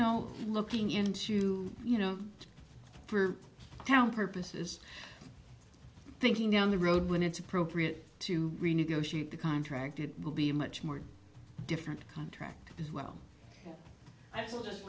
know looking into you know for down purposes thinking down the road when it's appropriate to renegotiate the contract it will be much more different contract well i